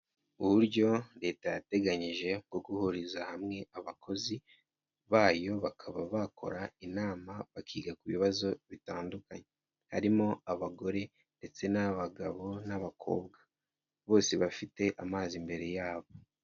Uburyo leta yateganyije bwo guhuriza hamwe abakozi bayo, bakaba bakora inama, bakiga ku bibazo bitandukanye, harimo abagore ndetse n'abagabo n'abakobwa bose bafite amazi imbere yabo.